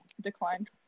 declined